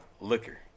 liquor